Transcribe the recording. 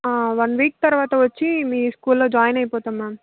ఆ one week తర్వాత వచ్చి మీ స్కూల్లో జాయిన్ అయిపోతాం మ్యామ్